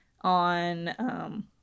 on –